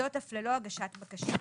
וזאת אף ללא הגשת בקשה.